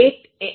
m